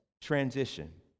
transition